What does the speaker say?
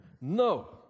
No